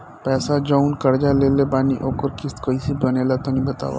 पैसा जऊन कर्जा लेले बानी ओकर किश्त कइसे बनेला तनी बताव?